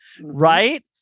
right